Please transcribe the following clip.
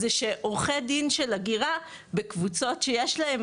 זה שעורכי דין של הגירה בקבוצות שיש להם,